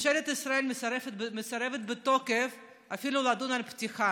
העולם הזה מושבת ובלי אופק,